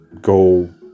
go